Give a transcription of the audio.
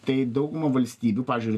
tai dauguma valstybių pavyzdžiui ir